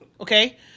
Okay